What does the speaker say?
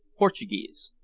portuguese.